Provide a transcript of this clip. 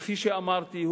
וכפי שאמרתי,